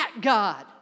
God